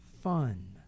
fun